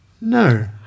No